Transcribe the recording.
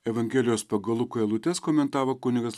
evangelijos pagal luką eilutes komentavo kunigas